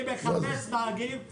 אני מחפש נהגים למשק.